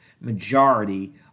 majority